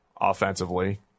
offensively